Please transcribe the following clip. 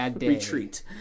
retreat